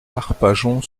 arpajon